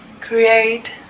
create